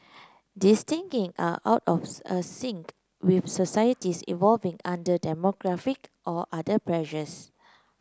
these thinking are out of a sync with societies evolving under demographic or other pressures